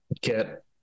get